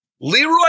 Leroy